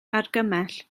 argymell